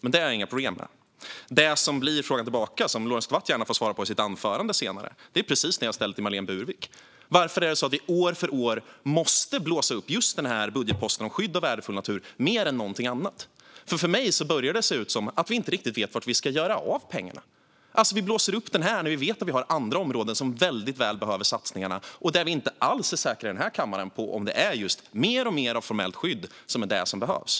Men det är inget problem. Frågan tillbaka, som Lorentz Tovatt gärna får svara på i sitt anförande senare, är precis den jag ställde till Marlene Burwick: Varför måste vi år efter år blåsa upp just budgetposten Skydd av värdefull natur mer än något annat? För mig börjar det se ut som att vi inte riktigt vet var vi ska göra av pengarna. Vi blåser upp det här området trots att vi vet att andra områden väldigt väl behöver satsningarna. Och vi i den här kammaren är inte alls säkra på om det är just mer och mer av formellt skydd som är det som behövs.